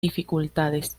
dificultades